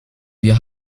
wir